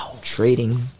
trading